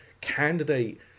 candidate